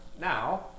Now